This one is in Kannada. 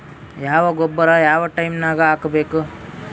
ಯಾವ ಗೊಬ್ಬರ ಯಾವ ಟೈಮ್ ನಾಗ ಹಾಕಬೇಕು?